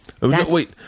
Wait